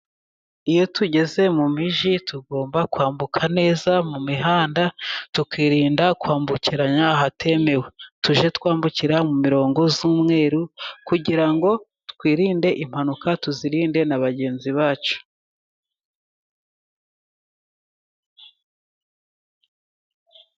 Iyo tugeze mu mijyi, tugomba kwambuka neza mu mihanda, tukirinda kwambukiranya ahatemewe, tujye twambukira mu mirongo z'umweru kugira twirinde impanuka, tuzirinde na bagenzi bacu.